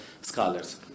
scholars